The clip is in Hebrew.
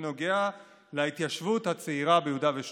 בנוגע להתיישבות הצעירה ביהודה ושומרון.